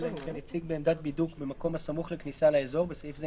אלא אם כן הציג בעמדת בידוק במקום הסמוך לכניסה לאזור (בסעיף זה,